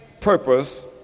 purpose